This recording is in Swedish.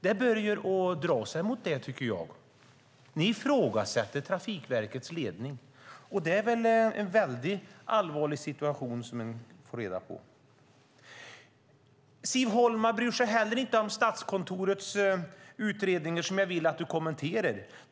Det börjar dra åt det hållet, tycker jag. Ni ifrågasätter Trafikverkets ledning, och det är någonting väldigt allvarligt som vi nu får reda på. Siv Holma bryr sig inte om Statskontorets utredningar. Jag vill att hon kommenterar det.